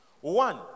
One